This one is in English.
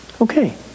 Okay